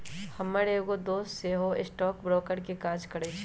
हमर एगो दोस सेहो स्टॉक ब्रोकर के काज करइ छइ